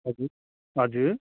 हजुर हजुर